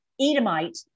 Edomite